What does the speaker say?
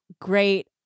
great